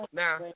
now